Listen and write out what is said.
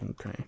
Okay